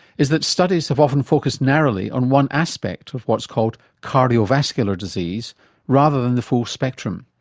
is that studies have often focussed narrowly on one aspect of what's called cardiovascular disease rather than the full spectrum.